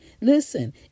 Listen